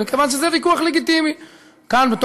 מכיוון שזה ויכוח לגיטימי כאן,